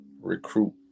recruit